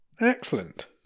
excellent